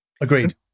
Agreed